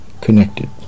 connected